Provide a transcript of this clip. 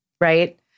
right